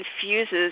confuses